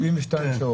מה בעניין 72 שעות?